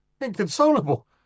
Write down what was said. Inconsolable